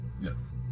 Yes